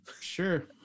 Sure